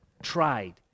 tried